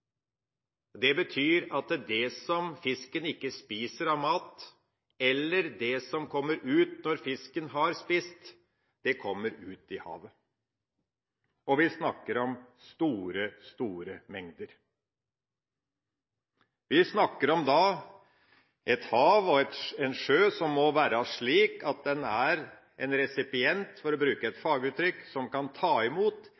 Det betyr at det som fisken ikke spiser av mat, eller det som kommer ut når fisken har spist, kommer ut i havet. Vi snakker om store, store mengder. Vi snakker om et hav og en sjø som må være en resipient – for å bruke et faguttrykk – som kan ta imot